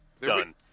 Done